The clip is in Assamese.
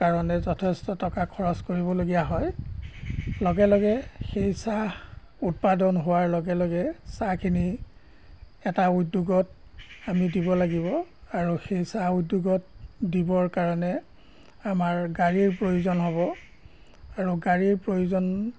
কাৰণে যথেষ্ট টকা খৰচ কৰিবলগীয়া হয় লগে লগে সেই চাহ উৎপাদন হোৱাৰ লগে লগে চাহখিনি এটা উদ্যোগত আমি দিব লাগিব আৰু সেই চাহ উদ্যোগত দিবৰ কাৰণে আমাৰ গাড়ীৰ প্ৰয়োজন হ'ব আৰু গাড়ীৰ প্ৰয়োজন